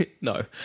no